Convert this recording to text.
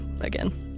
again